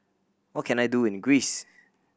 what can I do in Greece